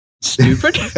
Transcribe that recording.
stupid